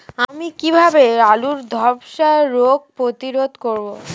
আমি কিভাবে আলুর ধ্বসা রোগ প্রতিরোধ করব?